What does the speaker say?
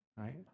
right